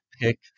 pick